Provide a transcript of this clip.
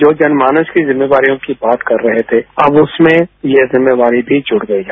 जो जनमानस की जिम्मेदारियों की बात कर रहे थे अब उसमें यह जिम्मेदारी भी जुड गई है